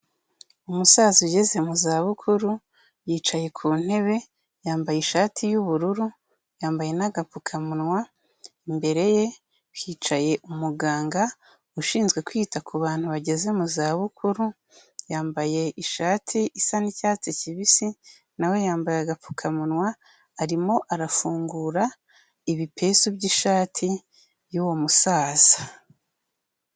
Umusaza ugeze mu zabukuru yicaye ku ntebe, yambaye ishati y'ubururu, yambaye n'agapfukamunwa, imbere ye hicaye umuganga ushinzwe kwita ku bantu bageze mu zabukuru, yambaye ishati isa n'icyatsi kibisi na we yambaye agapfukamunwa, arimo arafungura ibipesu by'ishati y'uwo musaza.